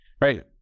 right